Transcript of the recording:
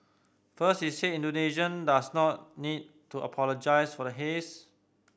first he said Indonesia does not need to apologise for the haze